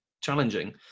challenging